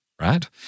Right